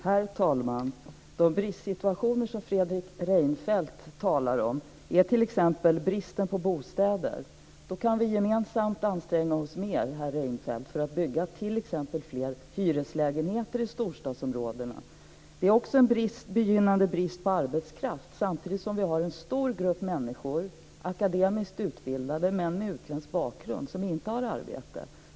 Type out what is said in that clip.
Herr talman! De bristsituationer som Fredrik Reinfeldt talar om gäller t.ex. bristen på bostäder. Då kan vi gemensamt anstränga oss mer, herr Reinfeldt, för att bygga t.ex. fler hyreslägenheter i storstadsområdena. Det finns också en begynnande brist på arbetskraft, samtidigt som det är en stor grupp människor - akademiskt utbildade, men med utländsk bakgrund - som inte har arbete.